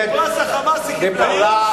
את פרס ה"חמאס" היא קיבלה.